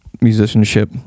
musicianship